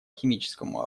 химическому